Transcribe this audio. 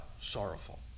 sorrowful